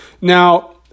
Now